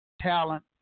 talent